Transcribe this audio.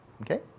Okay